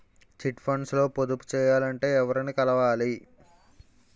Chit funds లో పొదుపు చేయాలంటే ఎవరిని కలవాలి?